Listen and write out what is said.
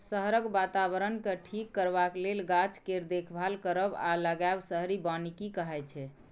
शहरक बाताबरणकेँ ठीक करबाक लेल गाछ केर देखभाल करब आ लगाएब शहरी बनिकी कहाइ छै